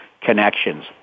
connections